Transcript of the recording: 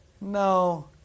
no